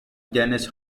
dennis